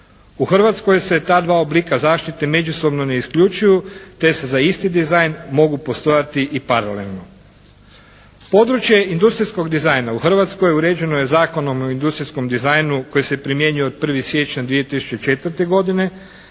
U Hrvatskoj se ta dva oblika zaštite međusobno ne isključuju te se za isti dizajn mogu postojati i paralelno. Područje industrijskog dizajna u Hrvatskoj uređeno je Zakonom o industrijskom dizajnu koji se primjenjuje od 1. siječnja 2004. godine